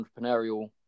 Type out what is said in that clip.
entrepreneurial